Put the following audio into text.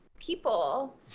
people